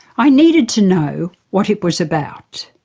i needed to know what it was about.